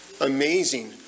Amazing